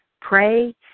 pray